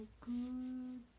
good